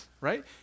right